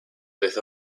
with